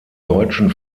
deutschen